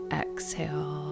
exhale